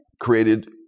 created